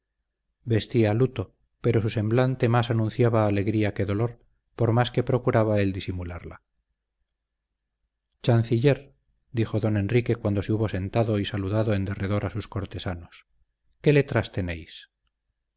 vestía luto pero su semblante más anunciaba alegría que dolor por más que procuraba él disimularla chanciller dijo don enrique cuando se hubo sentado y saludado en derredor a sus cortesanos qué letras tenéis